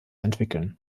entwickeln